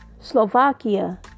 Slovakia